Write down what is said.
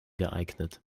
geeignet